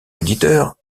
auditeur